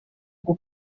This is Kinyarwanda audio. bwo